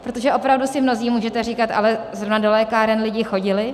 Protože opravdu si mnozí můžete říkat: ale zrovna do lékáren lidi chodili.